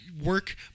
work